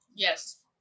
Yes